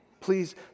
Please